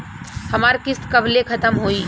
हमार किस्त कब ले खतम होई?